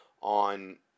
on